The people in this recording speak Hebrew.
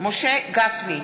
משה גפני,